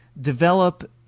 develop